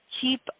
keep